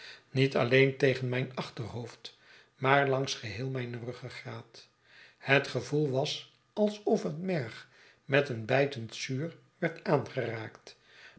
niet alleen tegen mijn achterhoofd maar langs geheel mijne ruggegraat het gevoel was alsof het merg met een bijtend zuur werd aangeraakt